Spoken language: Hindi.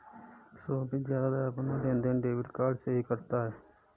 सोभित ज्यादातर अपना लेनदेन डेबिट कार्ड से ही करता है